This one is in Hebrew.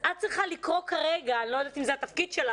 אני לא יודעת אם זה התפקיד שלך,